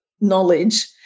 knowledge